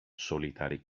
solitary